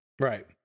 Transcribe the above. Right